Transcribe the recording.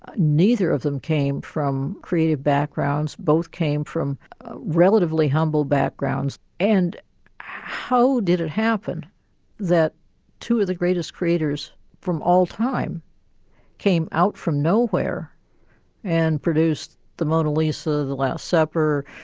ah neither of them came from creative backgrounds, both came from relatively humble backgrounds. and how did it happen that two of the greatest creators from all time came out from nowhere and produced the mona lisa, the last supper,